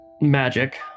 magic